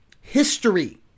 History